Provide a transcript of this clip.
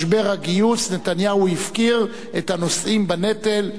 משבר הגיוס, נתניהו הפקיר את הנושאים בנטל.